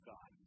God